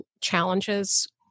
challenges